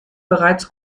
bereits